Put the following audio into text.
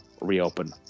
reopen